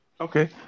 Okay